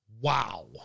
Wow